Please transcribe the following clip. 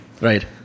right